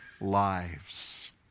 lives